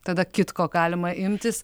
tada kitko galima imtis